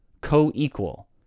co-equal